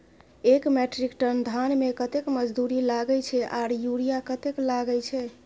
एक metric ton धान में कतेक मजदूरी लागे छै आर यूरिया कतेक लागे छै?